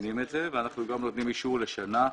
מציינים זאת ואנחנו גם נותנים אישור לשנה.